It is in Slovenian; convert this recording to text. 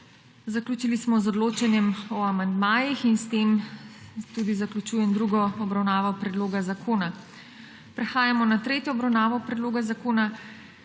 Zaključili smo z odločanjem o amandmajih in s tem tudi zaključujem drugo obravnavo predloga zakona. Prehajamo na **tretjo obravnavo** predloga zakona.